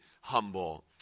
humble